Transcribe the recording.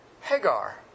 Hagar